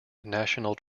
national